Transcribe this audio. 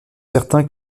certain